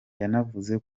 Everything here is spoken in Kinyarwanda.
yanavuze